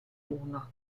uno